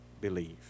believe